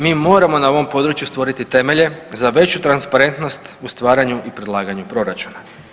Mi moramo na ovom području stvoriti temelje za veću transparentnost u stvaranju i predlaganju proračuna.